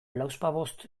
lauzpabost